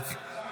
ועדת הכספים?